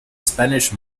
spanish